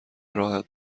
راحت